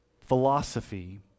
philosophy